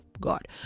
God